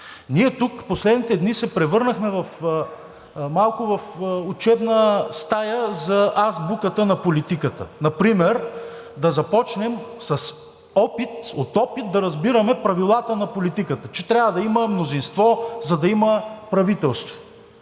Ние тук в последните дни се превърнахме малко в учебна стая за азбуката на политиката. Например да започнем от опит да разбираме правилата на политиката, че трябва да има мнозинство, за да има правителство.